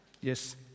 Yes